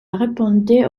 répondait